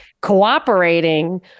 cooperating